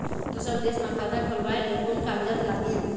दूसर देश मा खाता खोलवाए ले कोन कागजात लागेल?